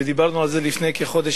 ודיברנו על זה לפני כחודש,